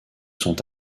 sont